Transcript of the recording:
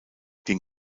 den